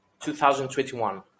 2021